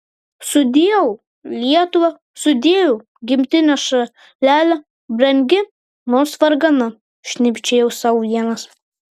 sudieu lietuva sudieu gimtine šalele brangi nors vargana šnibždėjau sau vienas